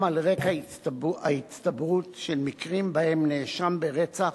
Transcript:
על רקע ההצטברות של מקרים שבהם נאשם ברצח